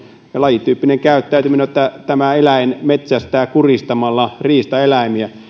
lajityypillinen käyttäytyminen on sitä että tämä eläin metsästää kuristamalla riistaeläimiä